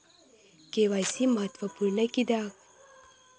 KYC महत्त्वपुर्ण किद्याक?